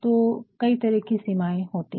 तो कई तरह की सीमाएं होती हैं